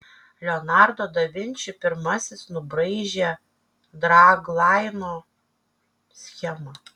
leonardo da vinči pirmasis nubraižė draglaino schemą